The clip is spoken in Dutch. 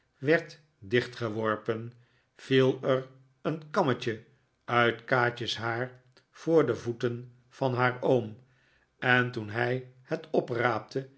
werd dichtgeworpen viel er een kammetje uit kaatje s haar voor de voeten van haar oom en toen hij het opraapte